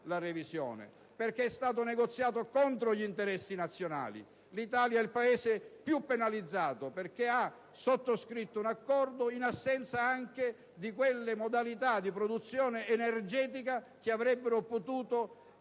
perché è stato negoziato contro gli interessi nazionali: l'Italia è il Paese più penalizzato, perché lo ha sottoscritto anche in assenza delle modalità di produzione energetica che avrebbero potuto